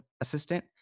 assistant